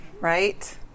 Right